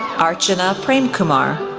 archana premkumar,